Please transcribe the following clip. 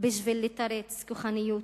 בשביל לתרץ כוחניות,